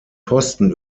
posten